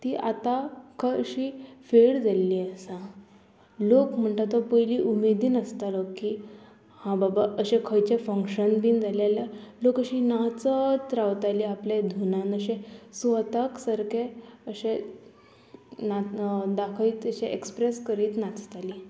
ती आतां खंय अशी फेड जाल्ली आसा लोक म्हणटा तो पयली उमेदीन आसतालो की हां बाबा अशें खंयचें फंक्शन बीन जालें जाल्यार लोक अशी नाचत रावताली आपल्या धुनान अशें स्वताक सारकें अशें ना दाखयत अशें एक्सप्रेस करीत नाचतालीं